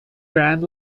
grand